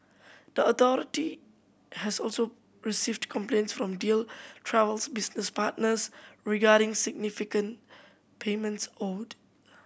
the authority has also received complaints from Deal Travel's business partners regarding significant payments owed